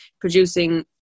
producing